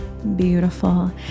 Beautiful